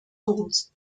halls